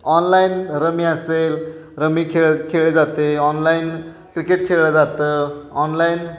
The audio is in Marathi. ऑनलाईन रमी असेल रमी खेळ खेळे जाते ऑनलाईन क्रिकेट खेळलं जातं ऑनलाईन